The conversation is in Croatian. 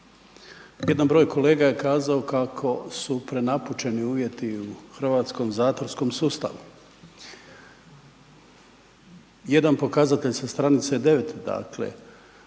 jedan broj kolega je kazao kako su prenapučeni uvjeti u hrvatskom zatvorskom sustavu, jedan pokazatelj sa stranice 9 dakle